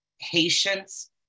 Patience